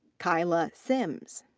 ky'la sims.